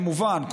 כמובן,